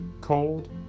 cold